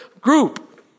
group